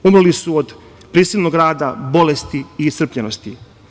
Umrli su od prisilnog rada, bolesti i iscrpljenosti.